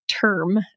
term